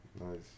Nice